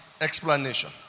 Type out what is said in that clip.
explanation